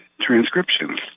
transcriptions